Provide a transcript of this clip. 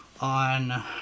on